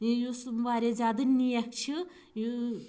یُس واریاہ زیادٕ نیک چھُ یُس